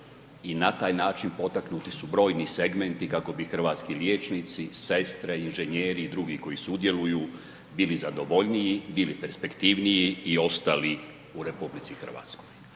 i na taj način potaknuti su brojni segmenti kako bi hrvatski liječnici, sestre, inženjeri i drugi koji sudjeluju bili zadovoljniji, bili perspektivniji i ostali u RH. Ono što